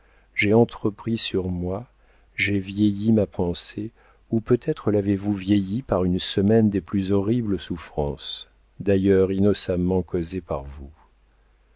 j'ai entrepris sur moi j'ai vieilli ma pensée ou peut-être l'avez-vous vieillie par une semaine des plus horribles souffrances d'ailleurs innocemment causées par vous